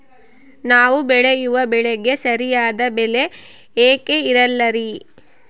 ನಾವು ಬೆಳೆಯುವ ಬೆಳೆಗೆ ಸರಿಯಾದ ಬೆಲೆ ಯಾಕೆ ಇರಲ್ಲಾರಿ?